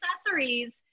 accessories